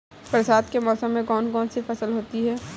बरसात के मौसम में कौन कौन सी फसलें होती हैं?